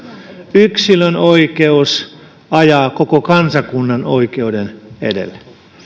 yksilön oikeus ajaa koko kansakunnan oikeuden edelle